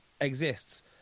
exists